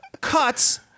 cuts